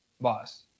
boss